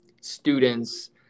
students